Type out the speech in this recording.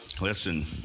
Listen